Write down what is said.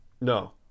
No